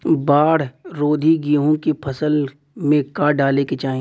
बाढ़ रोधी गेहूँ के फसल में का डाले के चाही?